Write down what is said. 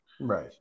right